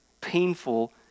painful